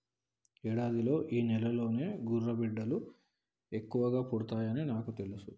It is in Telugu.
యాడాదిలో ఈ నెలలోనే గుర్రబిడ్డలు ఎక్కువ పుడతాయని నాకు తెలుసును